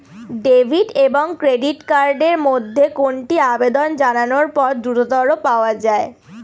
Debit এবং credit card এর মধ্যে কোনটি আবেদন জানানোর পর দ্রুততর পাওয়া য়ায়?